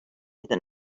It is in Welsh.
iddyn